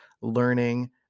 learning